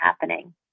happening